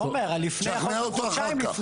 תומר, זה יכול גם להיות חודשיים לפני.